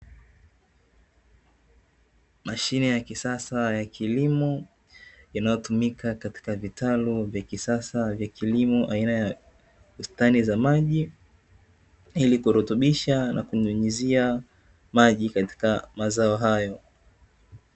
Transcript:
Mashine ya kisasa ya kilimo inayotumika katika vitalu vya kisasa vya kilimo aina ya bustani za maji ili kurutubisha na kunyunyizia maji katika mazao hayo.